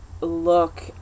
look